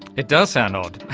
it does sound odd!